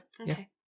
Okay